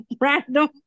random